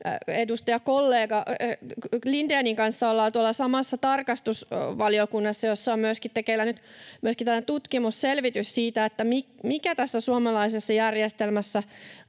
Edustajakollega Lindénin kanssa ollaan tuolla samassa tarkastusvaliokunnassa, jossa on tekeillä nyt myöskin tällainen tutkimus, selvitys siitä, mikä tässä suomalaisessa järjestelmässä